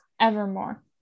Evermore